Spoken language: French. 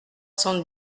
cent